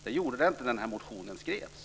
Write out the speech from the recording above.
Det gjorde det inte när motionen skrevs.